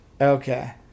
Okay